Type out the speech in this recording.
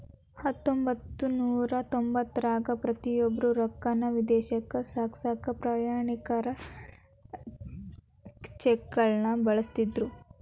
ಹತ್ತೊಂಬತ್ತನೂರ ತೊಂಬತ್ತರಾಗ ಪ್ರತಿಯೊಬ್ರು ರೊಕ್ಕಾನ ವಿದೇಶಕ್ಕ ಸಾಗ್ಸಕಾ ಪ್ರಯಾಣಿಕರ ಚೆಕ್ಗಳನ್ನ ಬಳಸ್ತಿದ್ರು